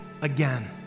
again